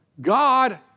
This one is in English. God